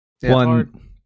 one